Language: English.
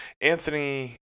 Anthony